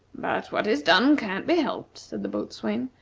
but what is done can't be helped, said the boatswain,